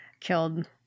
killed